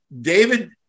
David